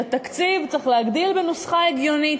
התקציב צריך להגדיל בנוסחה הגיונית.